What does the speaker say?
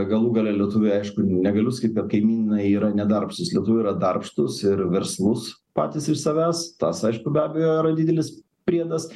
galų gale lietuviai aišku negaliu sakyt kad kaimynai yra ne darbštūs lietuviai yra darbštūs ir verslūs patys iš savęs tas aišku be abejo yra didelis priedas